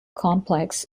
complex